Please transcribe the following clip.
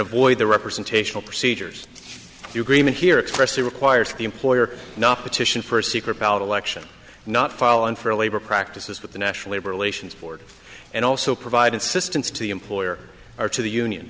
avoid the representational procedures you agreement here expressly requires the employer not petition for a secret ballot election not fallen for labor practices with the national labor relations board and also provide assistance to the employer or to the union